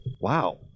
Wow